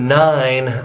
nine